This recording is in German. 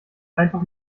einfach